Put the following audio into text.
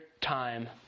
time